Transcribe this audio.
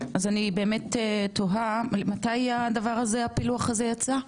אז אני באמת תוהה מתי הדבר הזה הפילוח הזה יצא?